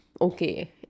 okay